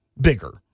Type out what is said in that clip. bigger